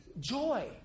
Joy